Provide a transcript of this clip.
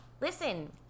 listen